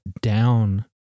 down